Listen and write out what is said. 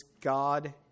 God